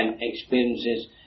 experiences